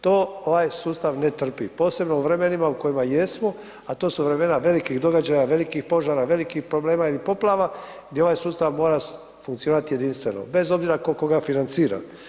To ovaj sustav ne trpi posebno u vremenima u kojima jesmo a to su vremena velikih događaja, velikih požara, velikih problema ili poplava gdje ovaj sustav mora funkcionirati jedinstveno bez obzira tko koga financira.